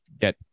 get